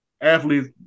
athletes